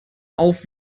auf